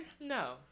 No